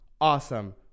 Awesome